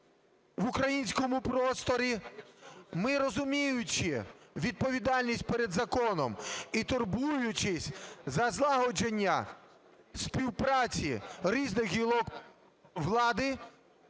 в українському просторі, ми, розуміючи відповідальність перед законом і турбуючись за злагодження співпраці різних гілок влади,